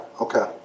Okay